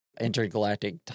intergalactic